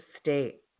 state